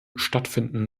stattfinden